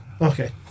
Okay